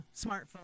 smartphone